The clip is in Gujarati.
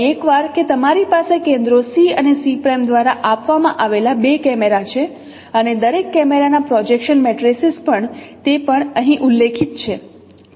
ફરી એક વાર કે તમારી પાસે કેન્દ્રો C અને C' દ્વારા આપવામાં આવેલા બે કેમેરા છે અને દરેક કેમેરાના પ્રોજેક્શન મેટ્રિસીસ પણ તે પણ અહીં ઉલ્લેખિત છે